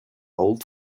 old